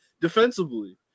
defensively